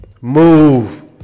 Move